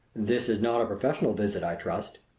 this is not a professional visit, i trust?